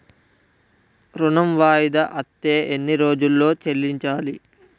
ఋణం వాయిదా అత్తే ఎన్ని రోజుల్లో చెల్లించాలి?